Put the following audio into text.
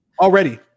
already